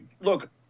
look